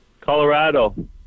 Colorado